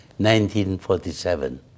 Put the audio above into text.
1947